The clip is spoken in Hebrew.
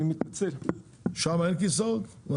מה, שם אין כיסאות?